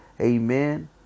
amen